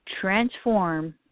transform